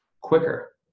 quicker